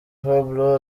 pablo